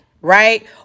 right